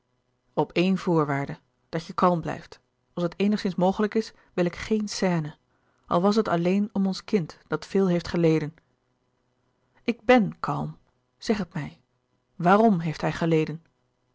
op éen voorwaarde dat je kalm blijft als het eenigszins mogelijk is wil ik geen scène al was het alleen om ons kind dat veel heeft geleden ik ben kalm zeg het mij waarom heeft hij geleden